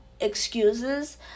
excuses